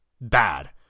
bad